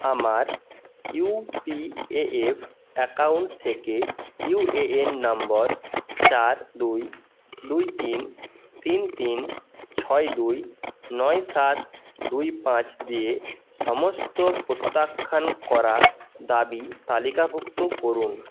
আমার U P A F account থেকে U A N নম্বর চার দুই দুই তিন তিন তিন ছয় দুই নয় সাত দুই পাঁচ দিয়ে সমস্ত প্রত্যাখ্যান করা দাবি তালিকাভুক্ত করুন